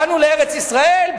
באנו לארץ-ישראל,